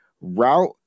route